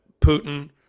Putin